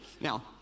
Now